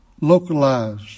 localized